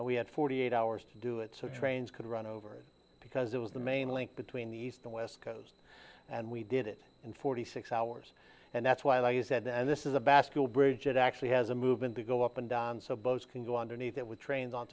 and we had forty eight hours to do it so trains could run over it because it was the main link between the east and west coast and we did it in forty six hours and that's why like you said and this is a bascule bridge it actually has a movement to go up and down so boats can go underneath it with trains on